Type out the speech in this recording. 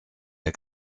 der